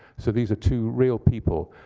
so these are two real people,